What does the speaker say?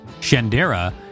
Shandera